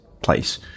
place